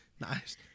nice